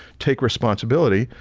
take responsibility,